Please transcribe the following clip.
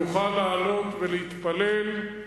אתה יודע,